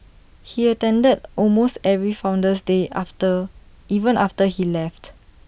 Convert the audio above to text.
he attended almost every Founder's day after even after he left